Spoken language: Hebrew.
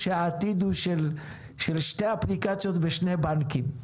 שהעתיד הוא של שתי אפליקציות בשני בנקים,